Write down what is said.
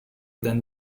than